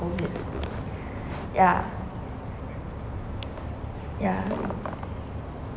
COVID ya ya